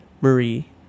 Marie